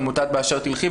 עמותת 'באשר תלכי',